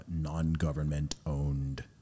non-government-owned